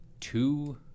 two